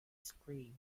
scream